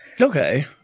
Okay